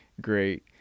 great